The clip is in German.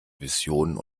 visionen